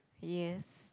yes